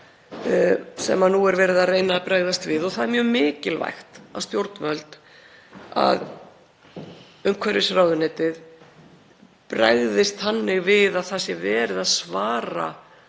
sem nú er verið að reyna að bregðast við. Og það er mjög mikilvægt að stjórnvöld, umhverfisráðuneytið, bregðist þannig við að verið sé að svara